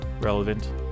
relevant